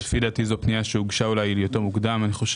לפי דעתי זו פנייה שהוגשה אולי מוקדם יותר.